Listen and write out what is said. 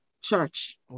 church